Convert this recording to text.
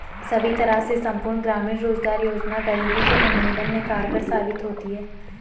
सभी तरह से संपूर्ण ग्रामीण रोजगार योजना गरीबी के उन्मूलन में कारगर साबित होती है